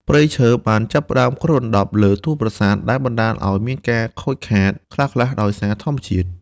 ព្រៃឈើបានចាប់ផ្តើមគ្របដណ្តប់លើតួប្រាសាទ ដែលបណ្តាលឱ្យមានការខូចខាតខ្លះៗដោយសារធម្មជាតិ។